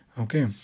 Okay